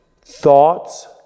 thoughts